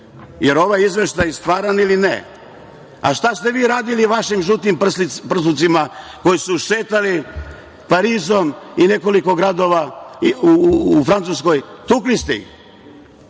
jel ovaj izveštaj stvaran ili ne, a šta ste vi radili vašim „žutim prslucima“ koji su šetali Parizom i nekoliko gradova u Francuskoj? Tukli ste ih.